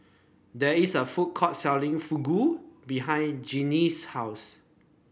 there is a food court selling Fugu behind Jeanie's house